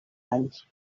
anys